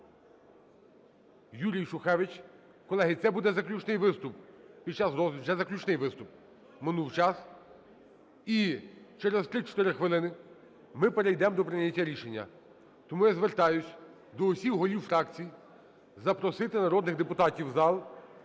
Юрій Шухевич. Колеги, це буде заключний виступ під час… це заключний виступ, минув час. І через 3-4 хвилини ми перейдемо до прийняття рішення. Тому я звертаюсь до всіх голів фракцій запросити народних депутатів у зал.